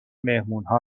مهمونها